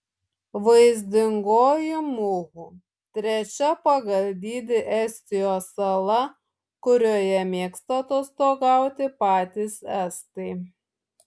vaizdingoji muhu trečia pagal dydį estijos sala kurioje mėgsta atostogauti patys estai